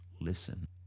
Listen